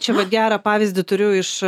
čia vat gerą pavyzdį turiu iš